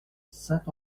saint